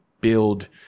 build